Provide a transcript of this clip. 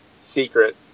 secret